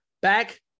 Back